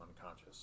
unconscious